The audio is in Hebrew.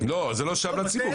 לא, זה לא שב לציבור.